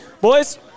Boys